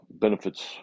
benefits